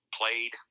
played –